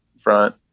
front